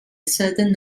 certain